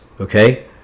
okay